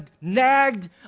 nagged